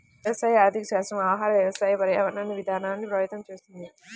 వ్యవసాయ ఆర్థికశాస్త్రం ఆహార, వ్యవసాయ, పర్యావరణ విధానాల్ని ప్రభావితం చేస్తుంది